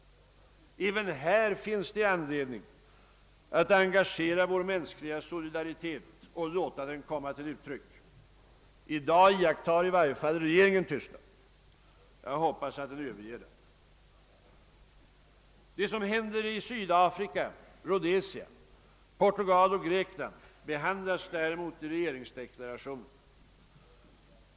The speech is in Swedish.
Också härvidlag finns det anledning att engagera vår mänskliga solidaritet och låta dem komma till uttryck. I dag iakttar i varje fall regeringen tystnad. Jag hoppas att den överger den attityden. Det som händer i Sydamerika, Rhodesia, Portugal och Grekland behandlas däremot i regeringsdeklarationen.